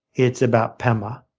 it's about pema.